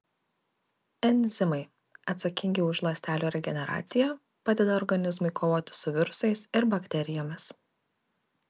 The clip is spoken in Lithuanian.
enzimai atsakingi už ląstelių regeneraciją padeda organizmui kovoti su virusais ir bakterijomis